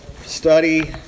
study